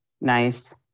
Nice